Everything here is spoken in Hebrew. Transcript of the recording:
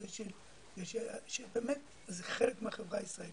שזה חלק מהחברה הישראלית.